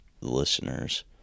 listeners